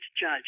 judge